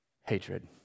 hatred